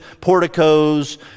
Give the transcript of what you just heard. porticos